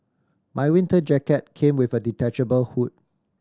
my winter jacket came with a detachable hood